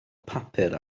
papur